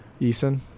Eason